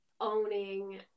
owning